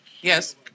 Yes